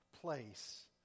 place